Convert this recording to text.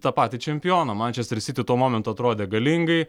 tą patį čempioną mančester siti tuo momentu atrodė galingai